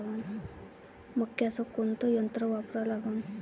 मक्याचं कोनचं यंत्र वापरा लागन?